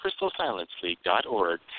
crystalsilenceleague.org